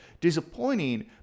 Disappointing